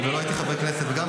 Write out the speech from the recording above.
חברת הכנסת בן ארי,